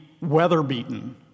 weather-beaten